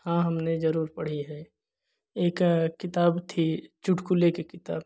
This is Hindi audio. हाँ हमने ज़रूर पढ़ी है एक किताब थी चुटकुले की किताब